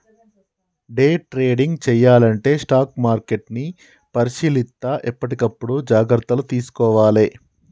day trading చెయ్యాలంటే stock మార్కెట్ని పరిశీలిత్తా ఎప్పటికప్పుడు జాగర్తలు తీసుకోవాలే